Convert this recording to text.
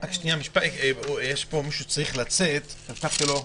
יש פה מישהו שצריך לצאת והבטחתי לו לדבר.